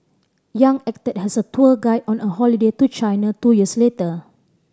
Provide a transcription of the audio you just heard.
Yang acted as her tour guide on a holiday to China two years later